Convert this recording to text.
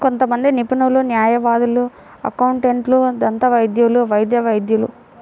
కొంతమంది నిపుణులు, న్యాయవాదులు, అకౌంటెంట్లు, దంతవైద్యులు, వైద్య వైద్యులు